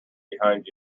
behind